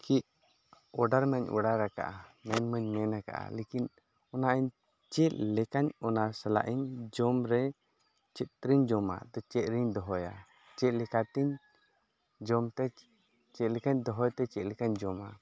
ᱪᱮᱫ ᱚᱰᱟᱨ ᱢᱟᱧ ᱚᱰᱟᱨ ᱟᱠᱟᱫᱼᱟ ᱢᱮᱱ ᱢᱟᱧ ᱢᱮᱱ ᱟᱠᱟᱫᱼᱟ ᱞᱮᱠᱤᱱ ᱚᱱᱟ ᱤᱧ ᱪᱮᱫ ᱞᱮᱠᱟᱧ ᱚᱱᱟ ᱥᱟᱞᱟᱜᱤᱧ ᱡᱚᱢᱨᱮ ᱪᱮᱫᱛᱮᱫᱤᱧ ᱡᱚᱢᱟ ᱪᱮᱫᱨᱮᱧ ᱫᱚᱦᱚᱭᱟ ᱪᱮᱫ ᱞᱮᱠᱟᱛᱮᱧ ᱡᱚᱢᱛᱮ ᱪᱮᱫ ᱞᱮᱠᱟᱧ ᱫᱚᱦᱚᱭᱛᱮ ᱪᱮᱫ ᱞᱮᱠᱟᱧ ᱡᱚᱢᱟ